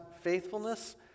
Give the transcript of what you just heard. faithfulness